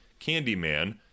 Candyman